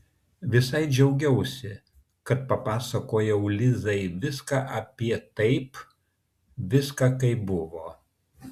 visai džiaugiausi kad papasakojau lizai viską apie taip viską kaip buvo